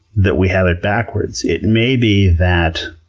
that we have it backwards. it may be that